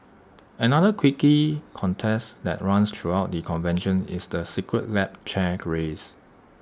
another quirky contest that runs throughout the convention is the secret lab chair race